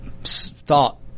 thought